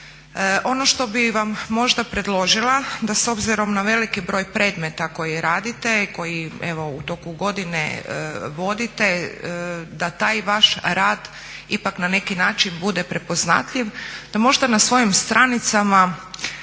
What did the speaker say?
Ono što bi vam možda predložila da s obzirom na veliki broj predmeta koji radite i koji evo u toku godine vodite da taj vaš rad ipak na neki način bude prepoznatljiv da možda na svojim stranicama